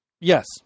Yes